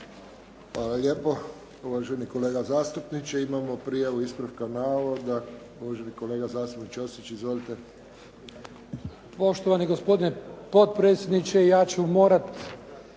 Hvala lijepo. Uvaženi kolega zastupniče, imamo prijavu ispravka navoda. Uvaženi kolega zastupnik Ćosić. Izvolite. **Ćosić, Krešimir (HDZ)** Poštovani gospodine potpredsjedniče, ja ću morat